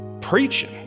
preaching